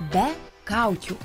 be kaukių